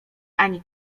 ani